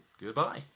Goodbye